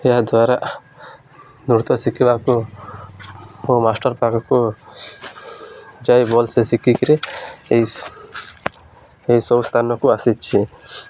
ଏହାଦ୍ୱାରା ନୃତ୍ୟ ଶିଖିବାକୁ ମଁ ମାଷ୍ଟର୍ ପାଖକୁ ଯାଇ ଭଲ ସେ ଶିଖିକିରି ଏହି ସବୁ ସ୍ଥାନକୁ ଆସିଛି